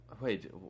Wait